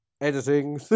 editing